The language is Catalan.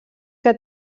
que